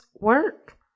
work